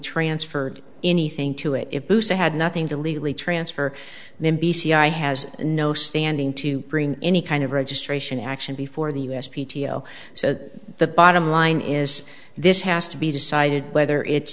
transferred anything to it if i had nothing to legally transfer them b c i has no standing to bring any kind of registration action before the us p t o so that the bottom line is this has to be decided whether it's